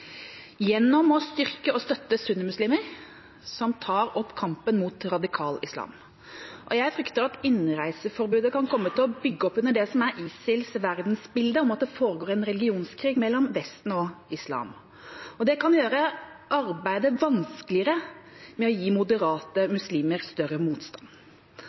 gjennom å styrke og støtte sunnimuslimer som tar opp kampen mot radikal islam. Jeg frykter at innreiseforbudet kan komme til å bygge opp under det som er ISILs verdensbilde, at det foregår en religionskrig mellom Vesten og islam. Det kan gjøre arbeidet vanskeligere – det vil gi moderate muslimer større motstand.